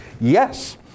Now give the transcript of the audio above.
Yes